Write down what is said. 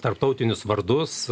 tarptautinius vardus